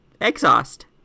exhaust